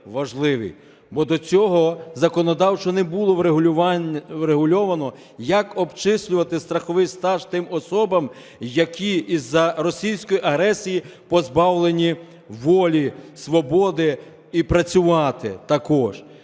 бо до цього законодавчо не було врегульовано, як обчислювати страховий стаж тим особам, які із-за російської агресії позбавлені волі, свободи, і працювати також.